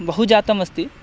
बहुजातमस्ति